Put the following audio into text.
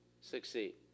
succeed